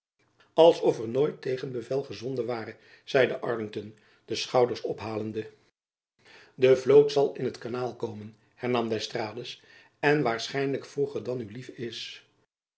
er nooit tegenbevel gezonden ware zeide arlington de schouders ophalende de vloot zal in t kanaal komen hernam d'estrades en waarschijnlijk vroeger dan u lief is